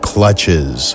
Clutches